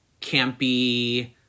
campy